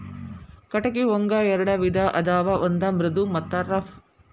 ಕಟಗಿ ಒಂಗ ಎರೆಡ ವಿಧಾ ಅದಾವ ಒಂದ ಮೃದು ಮತ್ತ ರಫ್